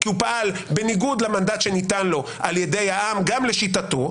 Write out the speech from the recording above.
כי הוא פעל בניגוד למנדט שניתן לו על ידי העם גם לשיטתו.